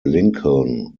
lincoln